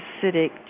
acidic